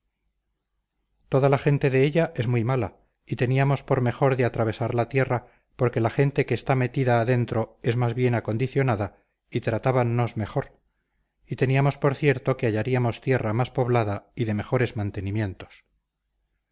toda la gente de ella es muy mala y teníamos por mejor de atravesar la tierra porque la gente que está metida adentro es más bien acondicionada y tratábannos mejor y teníamos por cierto que hallaríamos la tierra más poblada y de mejores mantenimientos